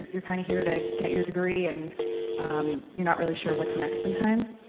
you're kind of here to get your degree, and you're not really sure what's next sometimes.